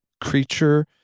creature